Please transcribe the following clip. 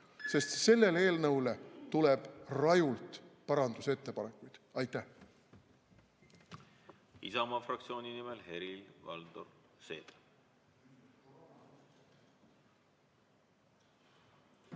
sest selle eelnõu kohta tuleb rajult parandusettepanekuid. Aitäh!